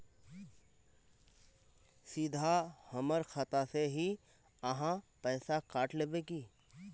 सीधा हमर खाता से ही आहाँ पैसा काट लेबे की?